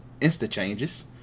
insta-changes